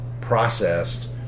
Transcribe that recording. processed